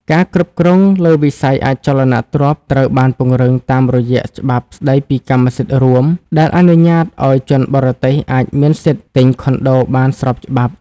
ការគ្រប់គ្រងលើវិស័យអចលនទ្រព្យត្រូវបានពង្រឹងតាមរយៈច្បាប់ស្ដីពីកម្មសិទ្ធិរួម ដែលអនុញ្ញាតឱ្យជនបរទេសអាចមានសិទ្ធិទិញខុនដូបានស្របច្បាប់។